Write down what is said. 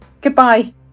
goodbye